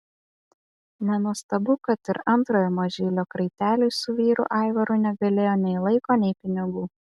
nenuostabu kad ir antrojo mažylio kraiteliui su vyru aivaru negailėjo nei laiko nei pinigų